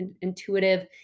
intuitive